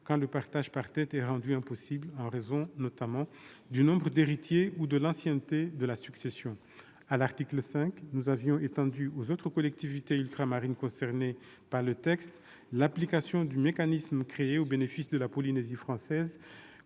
quand le partage par tête est rendu impossible, en raison notamment du nombre d'héritiers ou de l'ancienneté de la succession. À l'article 5, nous avions étendu aux autres collectivités ultramarines concernées par le texte l'application du mécanisme créé au bénéfice de la Polynésie française,